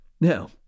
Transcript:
Now